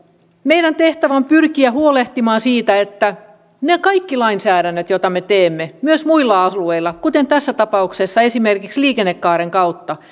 meidän tehtävämme on pyrkiä huolehtimaan siitä että ne kaikki lainsäädännöt joita me teemme myös muilla alueilla kuten tässä tapauksessa esimerkiksi liikennekaaren kautta